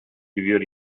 severe